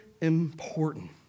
important